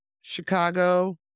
Chicago